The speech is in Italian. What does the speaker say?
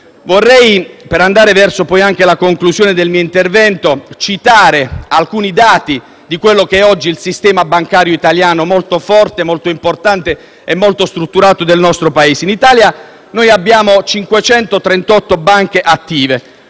italiani. Per andare verso la conclusione del mio intervento, vorrei citare alcuni dati di quello che è oggi il sistema bancario italiano, molto forte, molto importante e molto strutturato del nostro Paese. In Italia noi abbiamo 538 banche attive.